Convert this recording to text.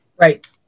Right